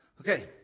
Okay